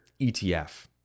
ETF